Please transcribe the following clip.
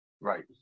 Right